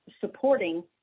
supporting